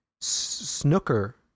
snooker